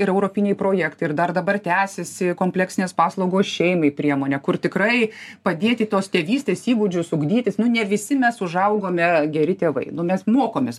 ir europiniai projektai ir dar dabar tęsiasi kompleksinės paslaugos šeimai priemonė kur tikrai padėti tos tėvystės įgūdžius ugdytis nu ne visi mes užaugome geri tėvai mes mokomės